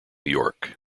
york